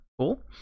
Cool